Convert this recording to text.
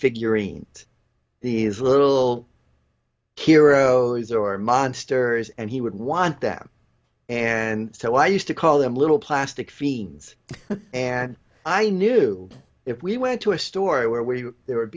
figurine these little heroes or monsters and he would want them and so i used to call them little plastic fiends and i knew if we went to a store where were you there would